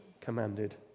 commanded